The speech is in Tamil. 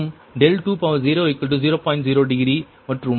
0 டிகிரி மற்றும் V30 1